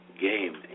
game